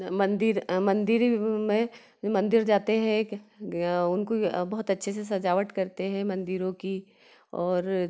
मंदिर मंदिर में मंदिर जाते हैं एक उनको बहोत अच्छे से सजावट करते हैं मंदिरों की और